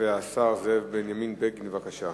השר זאב בנימין בגין, בבקשה.